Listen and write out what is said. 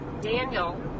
Daniel